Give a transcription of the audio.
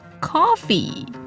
coffee